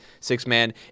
six-man